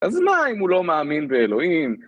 אז מה אם הוא לא מאמין באלוהים?